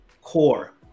core